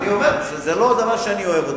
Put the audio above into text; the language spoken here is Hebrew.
זה לא דבר שאני אוהב,